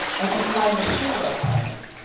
by contriving similar plans,